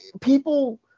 people